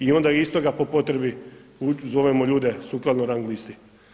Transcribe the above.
I onda iz toga po potrebi zovemo ljude sukladno rang listi.